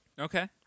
Okay